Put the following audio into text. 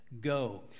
go